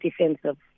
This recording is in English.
defensive